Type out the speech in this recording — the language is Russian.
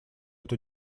эту